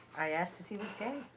i asked if he was gay?